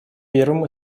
первым